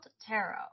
Tarot